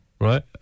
Right